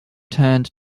turned